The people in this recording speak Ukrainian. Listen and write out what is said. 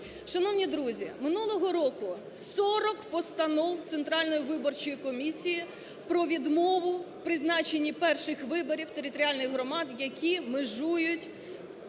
Шановні друзі, минулого року 40 постанов Центральної виборчої комісії про відмову, призначенні перших виборів територіальних громад, які межують